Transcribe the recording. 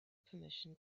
permission